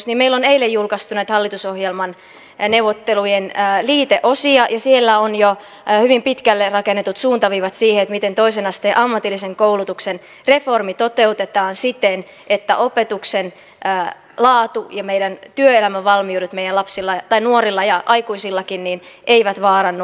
meillä on eilen julkaistu näitä hallitusohjelman neuvottelujen liiteosia ja siellä on jo hyvin pitkälle rakennetut suuntaviivat siihen miten toisen asteen ammatillisen koulutuksen reformi toteutetaan siten että opetuksen laatu ja työelämävalmiudet meidän nuorilla ja aikuisillakin eivät vaarannu